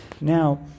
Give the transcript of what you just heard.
Now